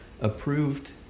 approved